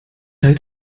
halt